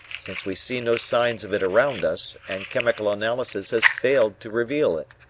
since we see no signs of it around us, and chemical analysis has failed to reveal it.